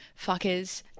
Fuckers